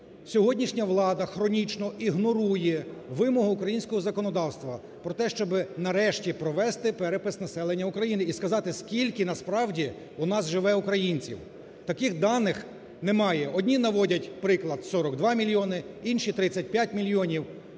Сьогоднішня влада хронічно ігнорує вимогу українського законодавства про те, щоб, нарешті, провести перепис населення України і сказати, скільки насправді у нас живе українців. Таких даних немає. Одні наводять приклад 42 мільйони, інші – 35 мільйонів,